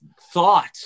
thought